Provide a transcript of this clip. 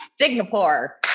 singapore